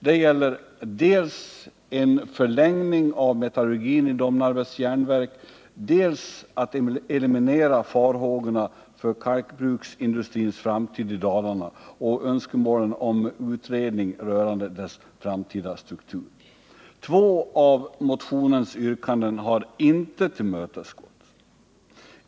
Det gäller dels att låta metallurgin i Domnarvets Jernverk fortsätta, dels att eliminera farhågorna för kalkbruksindustrins framtid i Dalarna och genomföra en utredning rörande dess framtida struktur. Två av motionens yrkanden har man inte tillmötesgått.